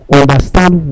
understand